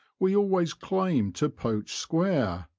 we always claimed to poach square,